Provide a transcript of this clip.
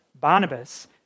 Barnabas